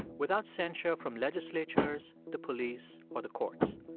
without censure from legislatures, the police or the courts.